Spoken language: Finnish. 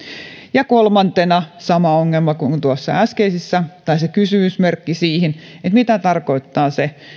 ja kolmantena on sama ongelma kuin tuossa äskeisessä tai on kysymysmerkki siinä mitä tarkoittaa se